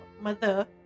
Mother